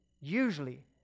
usually